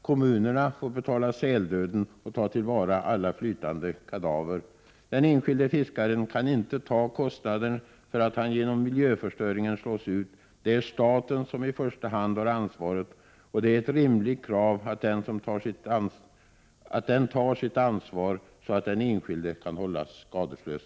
Kommunerna får betala säldöden och ta till vara alla flytande kadaver. Den enskilde fiskaren kan inte ta kostnaden för att han genom miljöförstöringen slås ut. Det är staten som i första hand har ansvaret, och det är ett rimligt krav att den tar sitt ansvar så att den enskilde kan hållas skadeslös.